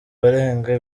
barenga